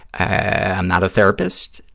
i'm not a therapist.